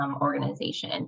organization